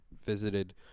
visited